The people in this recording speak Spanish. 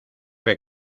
que